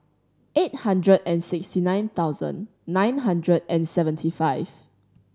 eight hundred and sixty nine thousand nine hundred and seventy five